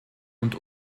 und